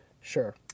Sure